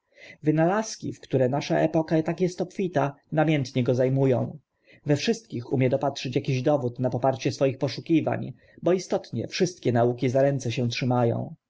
wynalazki w które nasza epoka tak est obfita namiętnie go za mu ą we wszystkich umie dopatrzyć akiś dowód na poparcie swoich poszukiwań bo istotnie wszystkie nauki za ręce się trzyma